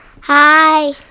Hi